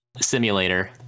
Simulator